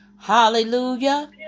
Hallelujah